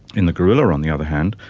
in the gorilla, on the other hand,